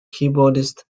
keyboardist